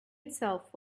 itself